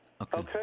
Okay